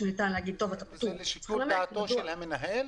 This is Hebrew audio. זה לשיקול דעתו של המנהל?